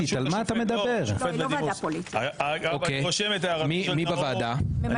נזקקת לטיפול מיוחד,